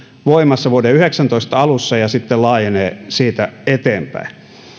voimassa vuoden yhdeksäntoista alussa ja sitten laajenee siitä eteenpäin